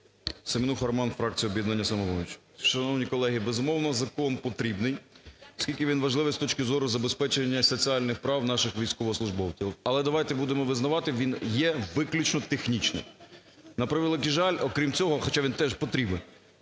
Семенуха Роман, фракція "Об'єднання "Самопоміч". Шановні колеги, безумовно, закон потрібний, оскільки він важливий з точки зору забезпечення соціальних прав наших військовослужбовців. Але давайте будемо визнавати: він є виключно технічним. На превеликий жаль, окрім цього, хоча він теж потрібен,